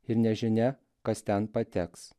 ir nežinia kas ten pateks